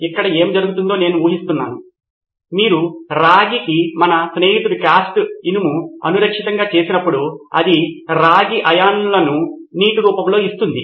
ఇక్కడ ఏమి జరుగుతుందో నేను ఊహిస్తున్నాను మీరు రాగికి మన స్నేహితుడు కాస్ట్ ఇనుము అసురక్షితంగా చేసినప్పుడుఅది రాగి అయాన్లుకు నీటి రూపం ఇస్తున్నది